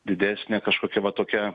didesnė kažkokia va tokia